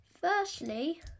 firstly